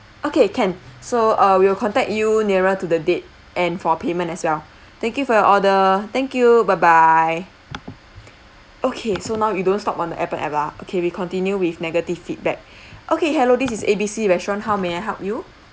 okay can so uh we will contact you nearer to the date and for payment as well thank you for your order thank you bye bye okay so now you don't stop on the Appen app lah okay we continue with negative feedback okay hello this is A_B_C restaurant how may I help you